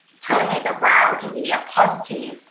turn it around and be a positive,